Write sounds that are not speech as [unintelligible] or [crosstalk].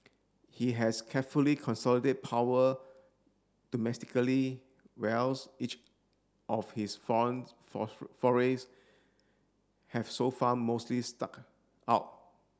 he has carefully consolidate power domestically whereas each of his foreign [unintelligible] forays have so far mostly stuck out